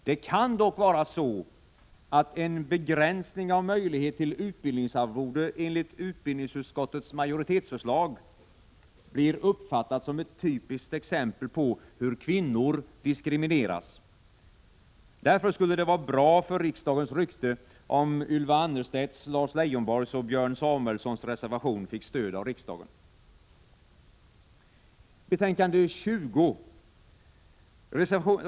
Det kan dock vara så, att en begränsning av möjlighet till utbildningsarvode enligt utbildningsutskottets majoritetsförslag blir uppfattat som ett typiskt exempel på hur kvinnor diskrimineras. Därför skulle det vara bra för riksdagens rykte, om Ylva Annerstedts, Lars Leijonborgs och Björn Samuelsons reservation fick stöd av riksdagen.